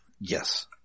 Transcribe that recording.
Yes